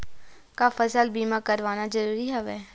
का फसल बीमा करवाना ज़रूरी हवय?